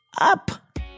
up